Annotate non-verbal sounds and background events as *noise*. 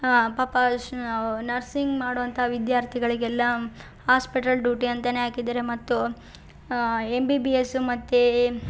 ಹಾಂ ಪಾಪ *unintelligible* ನರ್ಸಿಂಗ್ ಮಾಡುವಂಥ ವಿದ್ಯಾರ್ಥಿಗಳಿಗೆಲ್ಲಾ ಹಾಸ್ಪೆಟಲ್ ಡ್ಯೂಟಿ ಅಂತಾನೇ ಹಾಕಿದ್ದಾರೆ ಮತ್ತು ಎಮ್ ಬಿ ಬಿ ಎಸ್ಸು ಮತ್ತೆ